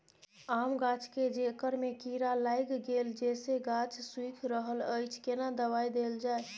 आम गाछ के जेकर में कीरा लाईग गेल जेसे गाछ सुइख रहल अएछ केना दवाई देल जाए?